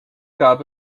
gab